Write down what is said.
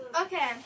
Okay